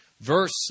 Verse